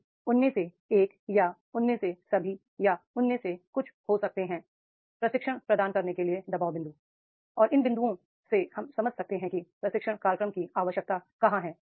तो उनमें से एक या उनमें से सभी या उनमें से कुछ हो सकते हैं प्रशिक्षण प्रदान करने के लिए दबाव बिंदु और इन बिं दुओं से हम समझ सकते हैं कि प्रशिक्षण कार्यक्रम की आवश्यकता कहां है